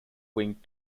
winged